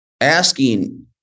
asking